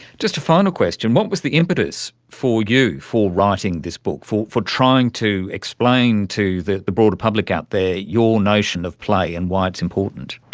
just a final question, what was the impetus for you for writing this book, for for trying to explain to the the broader public out there your notion of play and why it's important?